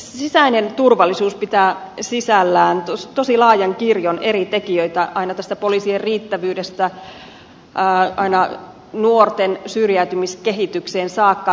sisäinen turvallisuus pitää sisällään tosi laajan kirjon eri tekijöitä aina tästä poliisien riittävyydestä nuorten syrjäytymiskehitykseen saakka